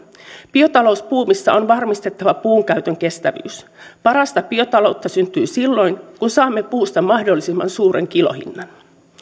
biotalousbuumissa on varmistettava puun käytön kestävyys parasta biotaloutta syntyy silloin kun saamme puusta mahdollisimman suuren kilohinnan